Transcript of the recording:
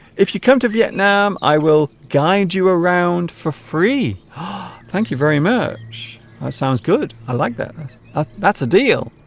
if you come to vietnam i will guide you around for free thank you very much it sounds good i like that that's a deal